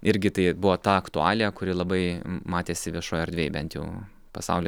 irgi tai buvo ta aktualija kuri labai matėsi viešoj erdvėj bent jau pasauly